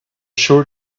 sure